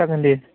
जागोन दे